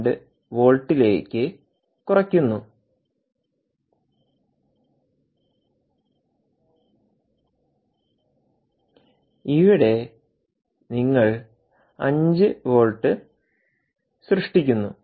2 വോൾട്ടിലേക്ക് കുറയ്ക്കുന്നു ഇവിടെ നിങ്ങൾ 5 വോൾട്ട് സൃഷ്ടിക്കുന്നു